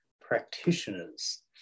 practitioners